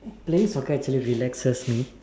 playing soccer actually relaxes me